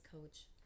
coach